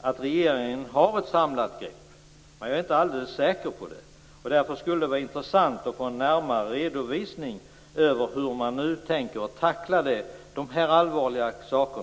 att regeringen har ett samlat grepp, men jag är inte alldeles säker på det. Därför skulle det vara intressant att få en närmare redovisning för hur regeringen nu tänker tackla de här allvarliga sakerna.